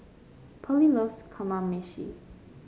Pearly loves Kamameshi